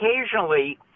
occasionally